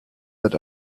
that